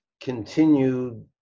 continued